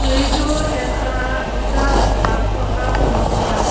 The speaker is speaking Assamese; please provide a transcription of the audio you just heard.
এইটো এটা দুটা ঢাপ থকা জলপ্রপাত